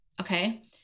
Okay